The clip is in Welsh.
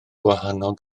gwahanol